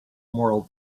moral